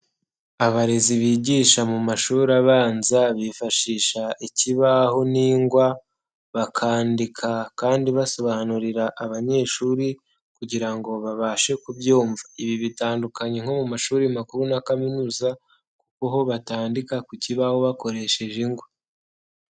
Abarezi bigisha mu mashuri abanza bifashisha ikibaho n'ingwa bakandika kandi basobanurira abanyeshuri kugira ngo babashe kubyumva, ibi bitandukanye nko mu mashuri makuru na kaminuza aho batandika ku kibaho bakoresheje ingwa.